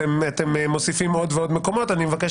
אתם מוסיפים עוד ועוד מקומות ואני מבקש